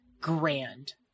Grand